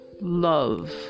love